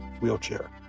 wheelchair